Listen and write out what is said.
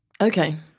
Okay